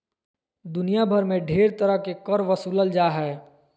दुनिया भर मे ढेर तरह के कर बसूलल जा हय